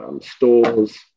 stores